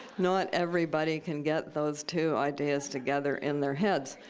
not everybody can get those two ideas together in their heads.